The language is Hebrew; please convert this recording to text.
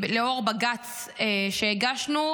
לאור בג"ץ שהגשנו,